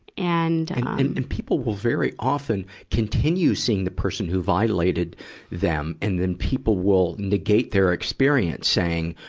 and, and, and people will very often continue seeing the person who violated them. and then people will negate their experience, saying,